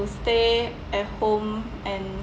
stay at home and